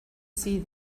see